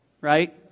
right